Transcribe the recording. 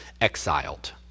exiled